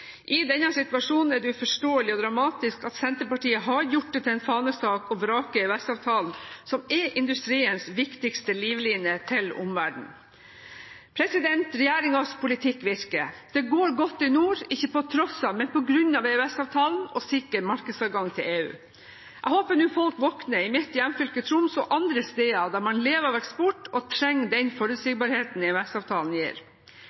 I denne situasjonen er det uforståelig og dramatisk at Senterpartiet har gjort det til en fanesak å vrake EØS-avtalen, som er industriens viktigste livline til omverdenen. Regjeringens politikk virker. Det går godt i nord – ikke på tross av, men på grunn av EØS-avtalen og sikker markedsadgang til EU. Jeg håper nå folk våkner i mitt hjemfylke Troms og andre steder der man lever av eksport og trenger den forutsigbarheten EØS-avtalen gir.